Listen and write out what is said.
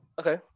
okay